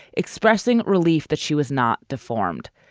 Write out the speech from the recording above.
expressing relief that she was not deformed.